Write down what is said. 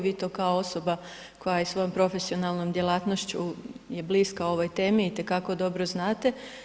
Vi to kao osoba koja i svojom profesionalnom djelatnošću je bliska ovoj temi itekako dobro znate.